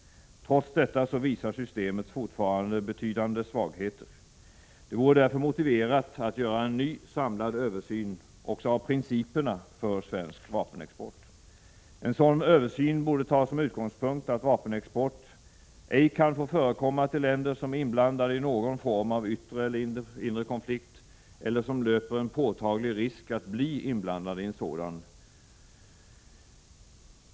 Trots detta visar systemet fortfarande betydande svagheter. Det vore därför motiverat att göra en ny samlad översyn även av principerna för svensk vapenexport. En sådan översyn borde ta som utgångspunkt att vapenexport ej kan få förekomma till länder som är inblandade i någon form av yttre eller inre konflikt eller som löper en påtaglig risk att bli inblandade i en sådan.